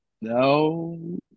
no